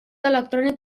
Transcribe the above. electrònic